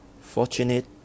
fortunate